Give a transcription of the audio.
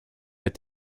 est